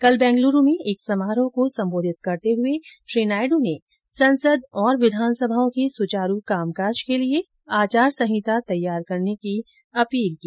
कल बैंगलूरू में एक समारोह को संबोधित करते हुए श्री नायडू ने संसद और विधानसभाओं के सुचारू कामकार्ज के लिए आचार संहिता तैयार करने की अपील की